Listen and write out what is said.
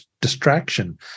distraction